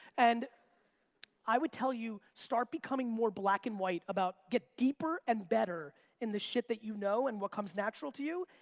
and i would tell you, start becoming more black and white about get deeper and better in the shit that you know and what comes natural to you,